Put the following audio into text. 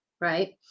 right